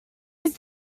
used